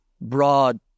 broad